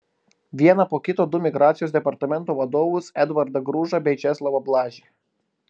vieną po kito du migracijos departamento vadovus edvardą gružą bei česlovą blažį